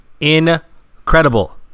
incredible